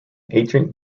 ancient